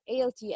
ALT